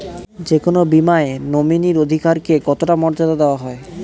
যে কোনো বীমায় নমিনীর অধিকার কে কতটা মর্যাদা দেওয়া হয়?